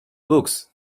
books